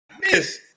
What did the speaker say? miss